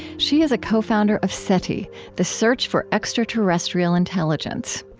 she's a co-founder of seti the search for extraterrestrial intelligence.